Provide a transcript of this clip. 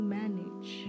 manage